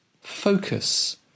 focus